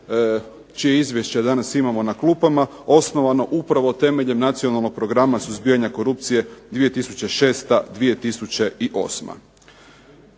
čije izvješće danas imamo na klupama osnovano upravo temeljem nacionalnog programa suzbijanja korupcije 2006.-2008.